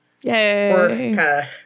yay